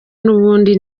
n’ubundi